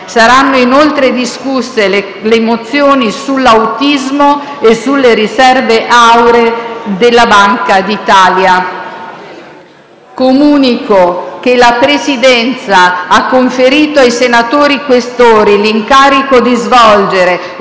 Saranno inoltre discusse le mozioni sull'autismo e sulle riserve auree della Banca d'Italia. Comunico che la Presidenza ha conferito ai senatori Questori l'incarico di svolgere